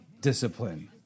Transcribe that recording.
discipline